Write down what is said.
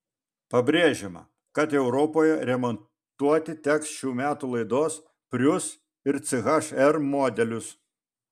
pabrėžiama kad europoje remontuoti teks šių metų laidos prius ir ch r modelius